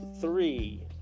three